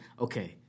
okay